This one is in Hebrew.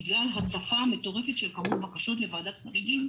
בגלל הצפה מטורפת של כמות בקשות לוועדת חריגים,